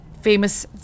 famous